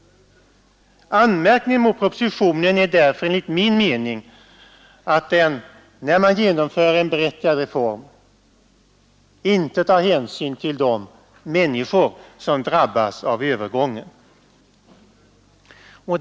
Anmärkningen mot propositionen är därför enligt min mening den att man, när man genomför en berättigad reform, inte tar hänsyn till de människor som drabbas av övergången.